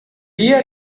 hear